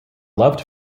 loved